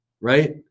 right